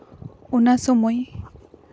ᱚᱱᱟ ᱥᱚᱢᱚᱭ